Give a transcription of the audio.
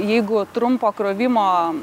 jeigu trumpo krovimo